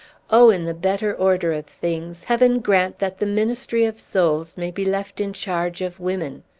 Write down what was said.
oh, in the better order of things, heaven grant that the ministry of souls may be left in charge of women!